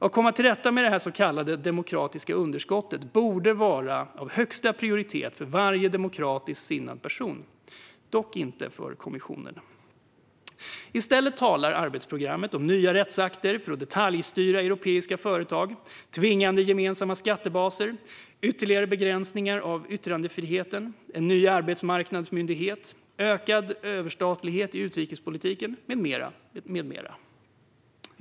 Att komma till rätta med detta så kallade demokratiska underskott borde vara av högsta prioritet för varje demokratiskt sinnad person, dock inte för kommissionen. I stället talas det i arbetsprogrammet om nya rättsakter för att detaljstyra europeiska företag, tvingande gemensamma skattebaser, ytterligare begräsningar av yttrandefriheten, en ny arbetsmarknadsmyndighet, ökad överstatlighet i utrikespolitiken med mera.